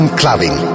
clubbing